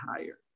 higher